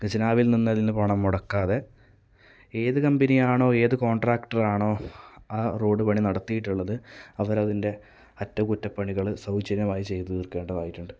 ഖജനാവിൽ നിന്ന് അതിൽ പണം മുടക്കാതെ ഏത് കമ്പനിയാണോ ഏത് കോൺട്രാക്ടറാണോ ആ റോഡ് പണി നടത്തിയിട്ടുള്ളത് അവരതിന്റെ അറ്റകുറ്റപ്പണികള് സൗജന്യമായി ചെയ്തു തീർക്കേണ്ടതായിട്ടുണ്ട്